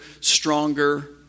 stronger